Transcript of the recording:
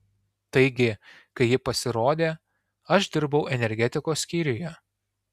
taigi kai ji pasirodė aš dirbau energetikos skyriuje